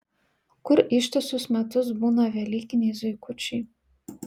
kur ištisus metus būna velykiniai zuikučiai